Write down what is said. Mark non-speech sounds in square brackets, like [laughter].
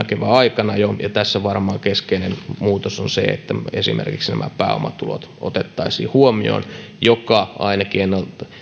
[unintelligible] kevään aikana tässä varmaan keskeinen muutos on se että esimerkiksi pääomatulot otettaisiin huomioon mikä ainakin